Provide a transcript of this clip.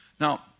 Now